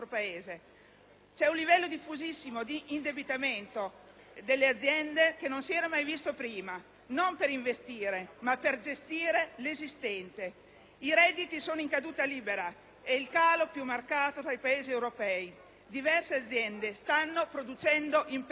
C'è un livello diffusissimo di indebitamento delle aziende così come non si era mai visto prima, non per investire ma per gestire l'esistente. I redditi sono in caduta libera ed il calo è il più marcato tra i Paesi europei. Diverse aziende stanno producendo in perdita.